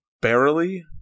barely